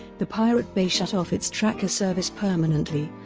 the pirate bay shut off its tracker service permanently,